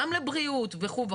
גם לבריאות וכו'.